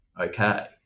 okay